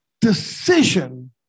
decision